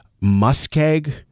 muskeg